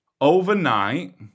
overnight